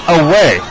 away